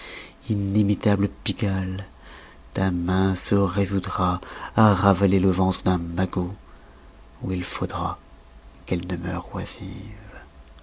inimitable pigal ta main se résoudra à ravaler le ventre d'un magot ou il faudra qu'elle demeure oisive